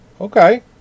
Okay